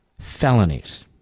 felonies